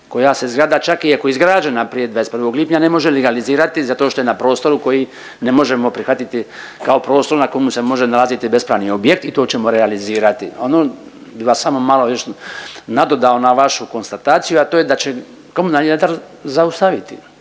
koja se zgrada čak i ako je izgrađena prije 21. lipnja ne može legalizirati zato što je na prostoru koji ne možemo prihvatiti kao prostor na kojemu se može nalaziti bespravni objekt i to ćemo realizirati. Ono bi vas samo malo nadodao na vašu konstataciju, a to je da će komunalni redar zaustaviti,